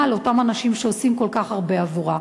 לאותם אנשים שעושים כל כך הרבה עבורה.